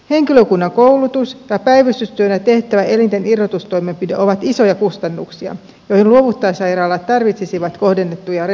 henkilökunnan koulutus ja päivystystyönä tehtävä elinten irrotustoimenpide ovat isoja kustannuksia joihin luovuttajasairaalat tarvitsisivat kohdennettuja resursseja